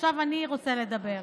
עכשיו אני רוצה לדבר.